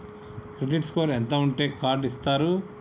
Credit score ఎంత ఉంటే card ఇస్తారు?